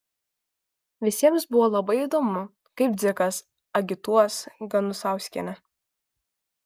visiems buvo labai įdomu kaip dzikas agituos ganusauskienę